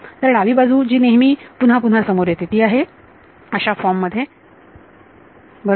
तर डावी बाजू जी नेहमी पुन्हा पुन्हा समोर येते ती आहे अशा फॉर्म मध्ये बरोबर